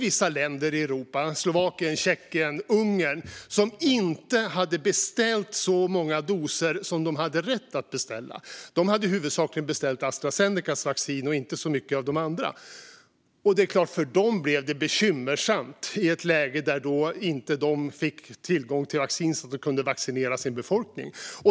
Vissa länder i Europa - Slovakien, Tjeckien, Ungern - hade inte beställt så många doser som de hade rätt att beställa. De hade huvudsakligen beställt Astra Zenecas vaccin och inte så mycket av de andra. Det är klart att det blev bekymmersamt för dem när de inte fick tillgång till vaccin för att kunna vaccinera sin befolkning.